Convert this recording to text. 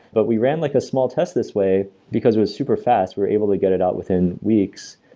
but we ran like a small test this way because with super-fast. we're able to get it out within weeks.